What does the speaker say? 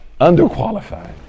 underqualified